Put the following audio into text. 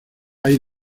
hay